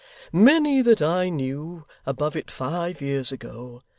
many that i knew above it five years ago,